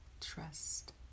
Trust